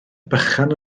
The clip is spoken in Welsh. bychan